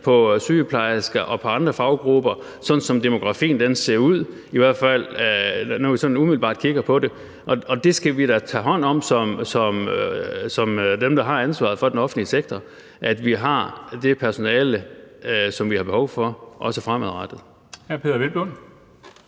på sygeplejersker og på andre faggrupper, sådan som demografien ser ud, i hvert fald når vi sådan umiddelbart kigger på det. Det skal vi da tage hånd om som dem, der har ansvaret for den offentlige sektor. Vi skal have det personale, vi har behov for, også fremadrettet.